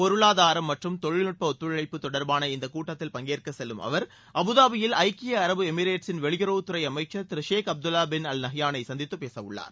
பொருளாதாரம் மற்றும் தொழில்நுட்ப ஒத்துழைப்பு தொடர்பான இந்த கூட்டத்தில் பங்கேற்கச் செல்லும் அவர் அபுதாபியில் ஐக்கிய அரபு எமிரேட்ஸின் வெளியுறவுத்துறை அமைச்சர் திரு ஷேக் அப்துல்லா பின் அல் நஹ்யானை சந்தித்து பேசவுள்ளார்